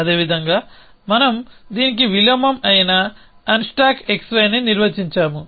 అదేవిధంగా మనం దీనికి విలోమం అయిన అన్స్టాక్ xyని నిర్వచించాము